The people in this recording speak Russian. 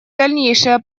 дальнейшие